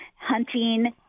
hunting